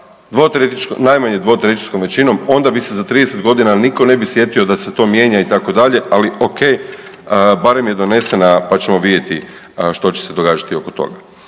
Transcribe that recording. najmanje 2/3 većinom onda bi se za 30 godina nitko ne bi sjetio da se to mijenja itd., ali ok, barem je donesena pa ćemo vidjeti što će se događati oko toga.